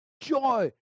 Joy